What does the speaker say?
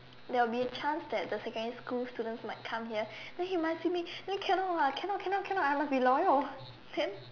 there will be a chance that the secondary school students might come here then he might see me then cannot what cannot cannot cannot I must be loyal then